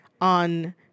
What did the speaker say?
on